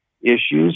issues